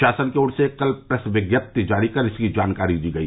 शासन की ओर से कल प्रेस विज्ञप्ति जारी कर इसकी जानकारी दी गई